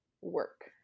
work